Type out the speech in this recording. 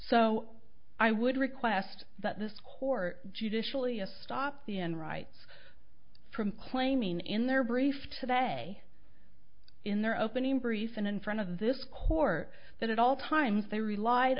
so i would request that this court judicially a stop the end writes from claiming in their brief today in their opening brief and in front of this court that at all times they relied